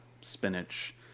spinach